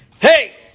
Hey